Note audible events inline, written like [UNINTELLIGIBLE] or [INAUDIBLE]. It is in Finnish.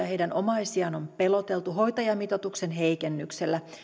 [UNINTELLIGIBLE] heidän omaisiaan on peloteltu hoitajamitoituksen heikennyksellä